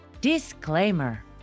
disclaimer